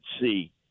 see